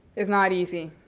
is not easy,